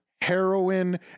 Heroin